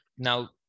Now